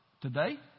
today